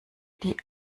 die